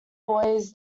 boys